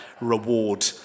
reward